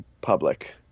public